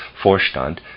Vorstand